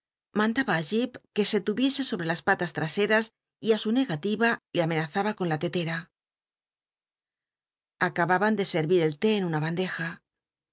mandaba i jip que se tuviese sobre las palas traseras y á su nega tiva le amenazaba con la lclcr'a acabnban de serrir el té en una bandeja